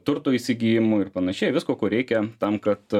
turto įsigijimu ir panašiai visko ko reikia tam kad